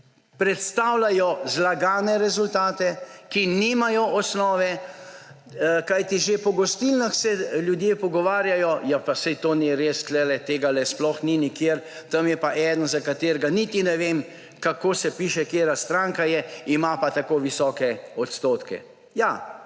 predstavljajo zlagane rezultate, ki nimajo osnove. Kajti že po gostilnah se ljudje pogovarjajo: »Pa saj to ni res. Tega sploh ni nikjer, tam je pa eden, za katerega niti ne vem, kako se piše, katera stranka je, ima pa tako visoke odstotke.«